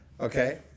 okay